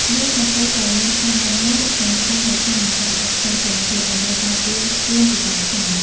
យើងក៏គួរតែមាន ថ្នាំបាញ់មូស និងថ្នាំប្រឆាំងនឹងសត្វល្អិតផ្សេងៗទៀត ដើម្បីការពារខ្លួនពីការខាំ។